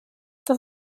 das